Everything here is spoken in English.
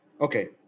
Okay